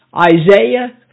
isaiah